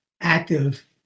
active